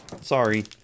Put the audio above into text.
Sorry